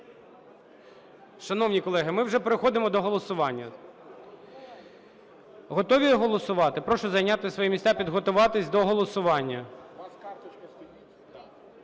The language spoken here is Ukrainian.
Шановні колеги, ми вже переходимо до голосування. Готові голосувати? Прошу зайняти свої місця, підготуватись до голосування.